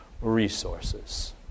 resources